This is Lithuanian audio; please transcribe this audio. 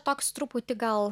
toks truputį gal